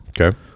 okay